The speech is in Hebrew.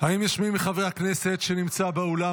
האם יש מי מחברי הכנסת שנמצא באולם,